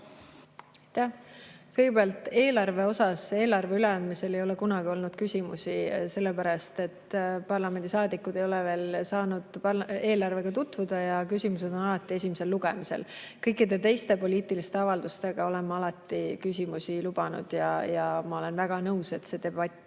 Kõikide teiste poliitiliste avalduste puhul olen ma alati küsimusi lubanud. Ja ma olen väga nõus, et debatt